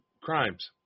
crimes